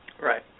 Right